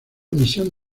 emisión